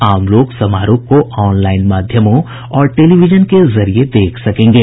आम लोग समारोह को ऑनलाईन माध्यमों और टेलीविजन के जरिये देख सकेंगे